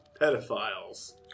pedophiles